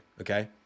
okay